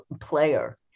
player